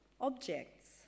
objects